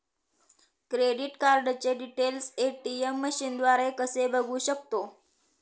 Credit कार्डचे details ATM मशीनद्वारे कसे बघू शकतो?